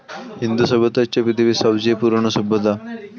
হিন্দু সভ্যতা হচ্ছে পৃথিবীর সবচেয়ে পুরোনো সভ্যতা